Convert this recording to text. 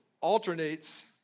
alternates